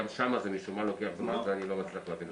גם שם זה משום מה לוקח זמן ואני לא מצליח להבין למה.